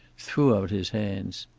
threw out his hands.